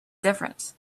different